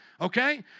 Okay